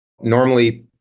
Normally